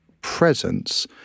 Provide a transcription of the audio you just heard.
presence